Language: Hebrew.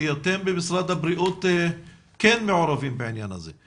יותר במשרד הבריאות כן מעורבים בעניין הזה.